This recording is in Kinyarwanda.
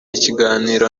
ikiganiro